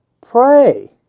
pray